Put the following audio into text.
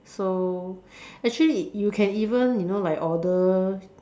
so actually you can even you know like order